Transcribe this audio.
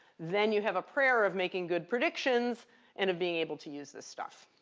then you have a prayer of making good predictions and being able to use this stuff.